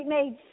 made